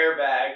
airbag